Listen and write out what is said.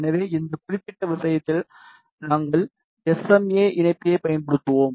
எனவே இந்த குறிப்பிட்ட விஷயத்தில் நாங்கள் எஸ் எம் எ இணைப்பியைப் பயன்படுத்துவோம்